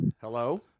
Hello